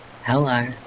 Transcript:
hello